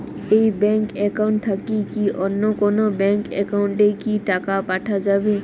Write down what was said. এই bank account থাকি কি অন্য কোনো ব্যাংক একাউন্ট এ কি টাকা পাঠা যাবে?